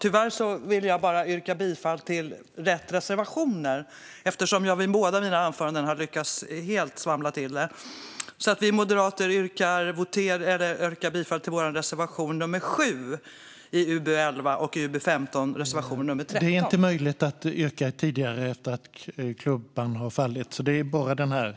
Jag vill bara yrka bifall till rätt reservationer, tyvärr, eftersom jag i båda mina anföranden har lyckats helt svamla till det. Jag yrkar bifall till Moderaternas reservation nr 7 i UbU11 och reservation nr 13 i UbU15. Då är det reservation 13 jag yrkar bifall till i den här debatten.